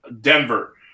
Denver